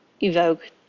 evoke